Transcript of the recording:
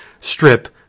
strip